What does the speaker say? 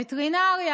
לווטרינריה,